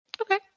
Okay